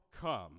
come